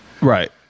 Right